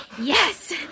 Yes